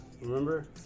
Remember